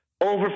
over